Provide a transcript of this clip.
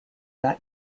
that